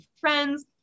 friends